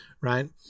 right